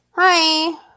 Hi